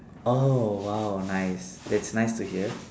oh !wow! nice that's nice to hear